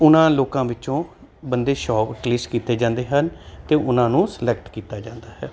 ਉਹਨਾਂ ਲੋਕਾਂ ਵਿੱਚੋਂ ਬੰਦੇ ਸ਼ੌਟਲਿਸਟ ਕੀਤੇ ਜਾਂਦੇ ਹਨ ਅਤੇ ਉਹਨਾਂ ਨੂੰ ਸਲੈਕਟ ਕੀਤਾ ਜਾਂਦਾ ਹੈ